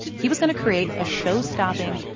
he was going to create a show-stopping,